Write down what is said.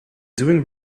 doing